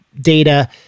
data